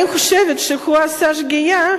אני חושבת שהוא עשה שגיאה,